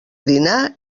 dinar